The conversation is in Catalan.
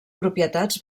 propietats